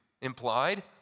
implied